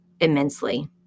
immensely